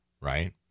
right